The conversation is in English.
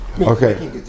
Okay